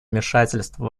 вмешательства